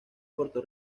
puerto